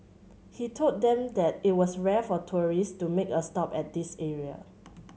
he told them that it was rare for tourist to make a stop at this area